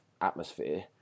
atmosphere